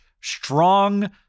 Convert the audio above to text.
strong